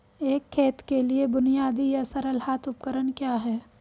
एक खेत के लिए बुनियादी या सरल हाथ उपकरण क्या हैं?